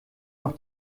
noch